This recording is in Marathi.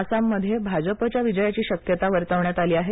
आसाममध्ये भाजपच्या विजयाची शक्यता वर्तवण्यात आली आहे